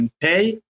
pay